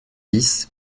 dix